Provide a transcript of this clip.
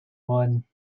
worden